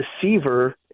deceiver